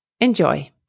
Enjoy